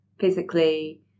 physically